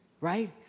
right